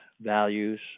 values